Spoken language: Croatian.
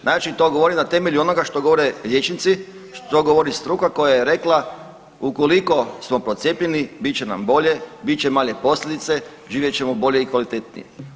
Znači to govorim na temelju onoga što govore liječnici, što govori struka koja je rekla ukoliko smo procijepljeni, bit će nam bolje, bit će manje posljedice, živjet ćemo bolje i kvalitetnije.